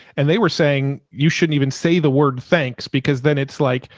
and they were saying. you shouldn't even say the word. thanks. because then it's like,